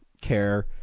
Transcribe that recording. care